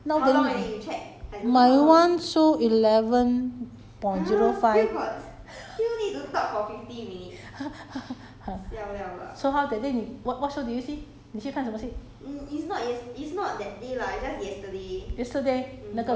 orh then now then you say after so long leh how d~ how how long already now then you my one show eleven point zero five so how that day 你 what show did you see 你去看什么戏